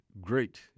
great